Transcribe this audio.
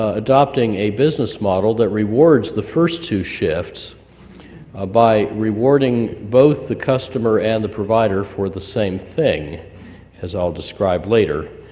adopting a business model that rewards the first two shifts ah by rewarding both the customer and the provider for the same thing as i'll describe later.